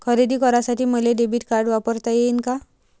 खरेदी करासाठी मले डेबिट कार्ड वापरता येईन का?